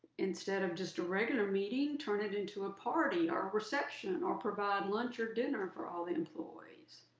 instead of just a regular meeting, turn it into a party or reception or provide lunch or dinner for all the employees.